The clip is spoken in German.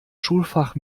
schulfach